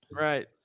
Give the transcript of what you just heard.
Right